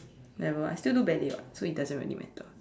never I still do badly [what] so it doesn't really matter